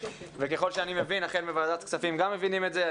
ככל שאני מבין, וועדת הכספים גם מבינה את זה.